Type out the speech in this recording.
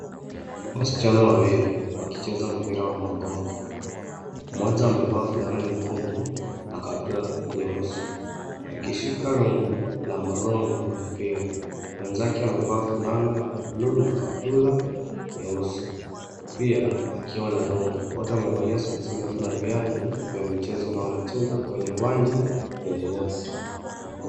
Wasichana wawili wakicheza mpira wa magongo, mmoja amevaa fulana nyekundu na kaptura nyeusi akishika rungu la magongo na mpira. Mwenzake amevaa fulana ya bluu na kaptula nyeusi. Pia akiwa na rungu. Wote wamevalia soksi ndefu na viatu vya michezo na wanacheza kwenye uwanja.